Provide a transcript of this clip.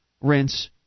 rinse